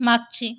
मागची